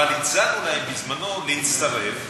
אבל הצענו להם בזמננו להצטרף,